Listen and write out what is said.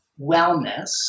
wellness